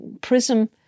prism